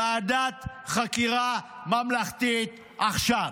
ועדת חקירה ממלכתית, עכשיו".